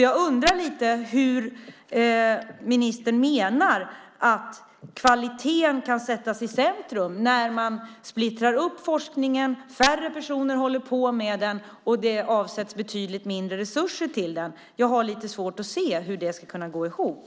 Jag undrar hur ministern menar att kvaliteten kan sättas i centrum när man splittrar upp forskningen, färre personer håller på med den och det avsätts betydligt mindre resurser till den. Jag har lite svårt att se hur detta går ihop.